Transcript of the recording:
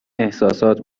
احساسات